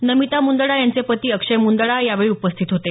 नमिता मुंदडा यांचे पती अक्षय मुंदडा यावेळी उपस्थित होते